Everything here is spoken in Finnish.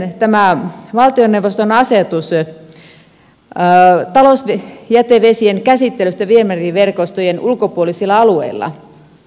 sitten tämä valtioneuvoston asetus talousjätevesien käsittelystä viemäriverkostojen ulkopuolisilla alueilla